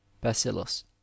bacillus